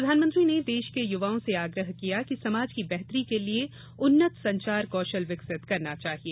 प्रधानमंत्री ने देश के युवाओं से आग्रह किया कि समाज की बेहतरी के लिए उन्नत संचार कौशल विकसित करना चाहिए